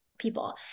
people